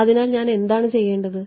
അതിനാൽ ഞാൻ എന്താണ് ചെയ്യേണ്ടത്